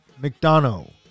McDonough